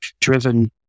driven